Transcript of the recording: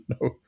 no